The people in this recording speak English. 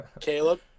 Caleb